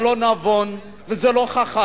זה לא נבון, זה לא חכם.